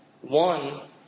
One